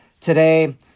Today